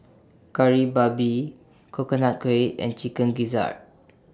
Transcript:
Kari Babi Coconut Kuih and Chicken Gizzard